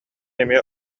эмиэ